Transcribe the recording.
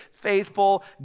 faithful